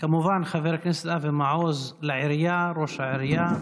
כמובן, חבר הכנסת אבי מעוז, לעירייה, ראש העיירה,